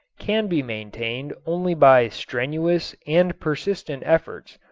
can be maintained only by strenuous and persistent efforts,